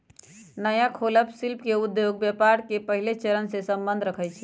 नया खोलल शिल्पि उद्योग व्यापार के पहिल चरणसे सम्बंध रखइ छै